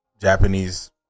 Japanese